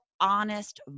honest